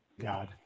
God